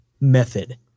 method